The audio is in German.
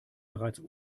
bereits